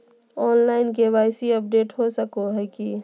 Online KYC update हो सको है की?